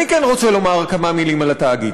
אני כן רוצה לומר כמה מילים על התאגיד.